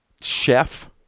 Chef